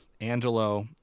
Angelo